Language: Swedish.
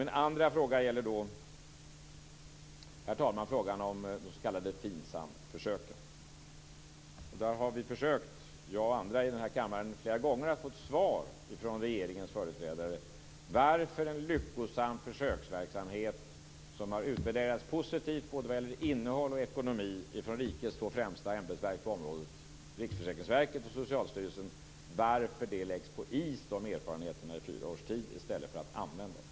Min andra fråga gäller de s.k. FINSAM-försöken. Jag och andra i den här kammaren har flera gånger försökt att få ett svar från regeringens företrädare varför erfarenheterna under fyra år av en lyckosam försöksverksamhet, som har utvärderats positivt vad gäller både innehåll och ekonomi av rikets två främsta ämbetsverk på området, Riksförsäkringsverket och Socialstyrelsen, läggs på is i stället för att användas?